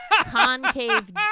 concave